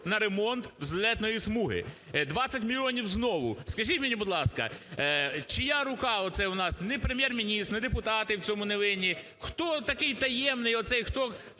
на ремонт злітної смуги – 20 мільйонів знову. Скажіть мені, будь ласка, чия рука оце в нас, ні Прем’єр-міністр, ні депутати в цьому не винні, хто такий таємний оцей, хто